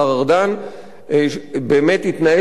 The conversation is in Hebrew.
באמת התנהל פה מאבק לא פשוט.